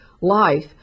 life